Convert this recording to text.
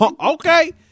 okay